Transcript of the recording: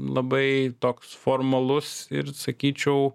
labai toks formalus ir sakyčiau